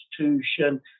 institution